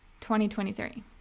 2023